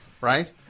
right